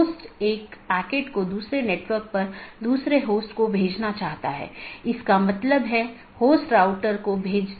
network layer की जानकारी क्या है इसमें नेटवर्क के सेट होते हैं जोकि एक टपल की लंबाई और उपसर्ग द्वारा दर्शाए जाते हैं जैसा कि 14 202 में 14 लम्बाई है और 202 उपसर्ग है और यह उदाहरण CIDR रूट है